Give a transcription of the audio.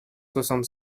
soixante